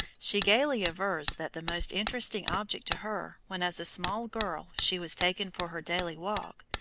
she gayly avers that the most interesting object to her, when as a small girl she was taken for her daily walk,